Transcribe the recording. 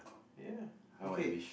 ya okay